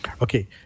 okay